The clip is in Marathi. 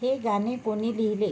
हे गाणे कोणी लिहिले